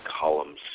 columns